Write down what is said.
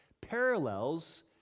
parallels